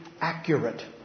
accurate